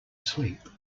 sleep